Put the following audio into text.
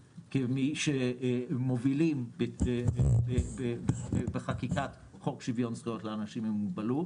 כמי שמובילים בחקיקת חוק שוויון זכויות לאנשים עם מוגבלות.